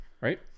Right